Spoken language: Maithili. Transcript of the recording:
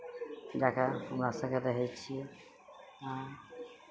जा कऽ हमरा सभके रहै छियै हँ